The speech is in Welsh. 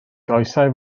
goesau